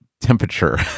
temperature